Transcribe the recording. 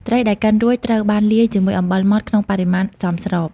ត្រីដែលកិនរួចត្រូវបានលាយជាមួយអំបិលម៉ត់ក្នុងបរិមាណសមស្រប។